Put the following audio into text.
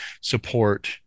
support